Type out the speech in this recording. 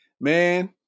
man